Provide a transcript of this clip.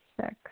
Six